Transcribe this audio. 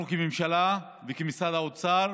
אנחנו כממשלה וכמשרד האוצר